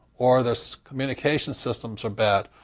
or their so communication systems are bad,